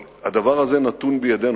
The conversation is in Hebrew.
אבל הדבר הזה נתון בידינו,